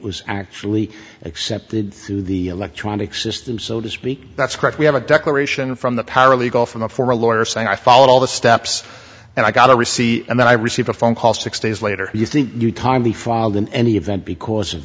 was actually accepted through the electronic system so to speak that's correct we have a declaration from the paralegal from a for a lawyer saying i followed all the steps and i got a receipt and i received a phone call six days later you think you timely filed in any event because of